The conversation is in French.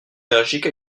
allergique